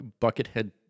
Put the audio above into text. buckethead